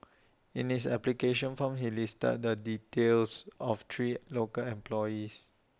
in his application form he listed the details of three local employees